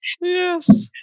Yes